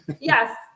yes